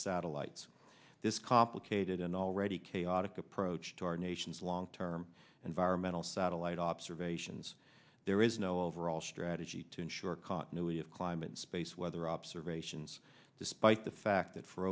satellites this complicated an already chaotic approach to our nation's long term environmental satellite observations there is no overall strategy to ensure continuity of climate space weather observations despite the fact that for